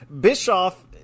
Bischoff